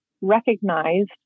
recognized